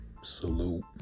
salute